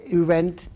event